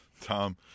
tom